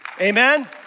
Amen